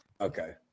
Okay